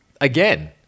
again